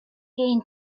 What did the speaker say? gain